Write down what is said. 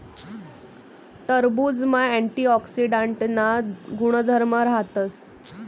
टरबुजमा अँटीऑक्सीडांटना गुणधर्म राहतस